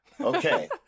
Okay